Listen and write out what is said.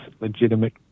legitimate